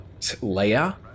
Leia